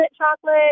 chocolate